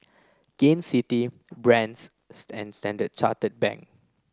Gain City Brand's and Standard Chartered Bank